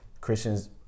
Christians